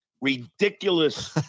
ridiculous